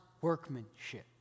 workmanship